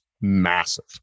massive